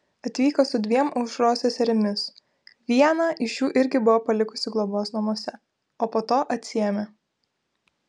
atvyko su dviem aušros seserimis vieną iš jų irgi buvo palikusi globos namuose o po to atsiėmė